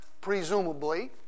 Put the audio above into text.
presumably